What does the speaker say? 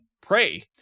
pray